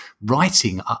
writing